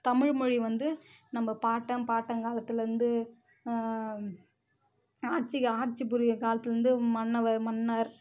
தமிழ் மொழி வந்து நம்ம பாட்டன் பாட்டன் காலத்தில் இருந்து ஆட்சி ஆட்சி புரிகிற காலத்தில் இருந்து மன்னவர் மன்னர்